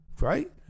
right